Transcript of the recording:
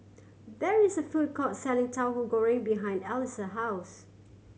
there is a food court selling Tauhu Goreng behind Alice house